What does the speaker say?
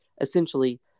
essentially